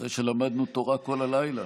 אחרי שלמדנו תורה כל הלילה.